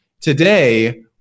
Today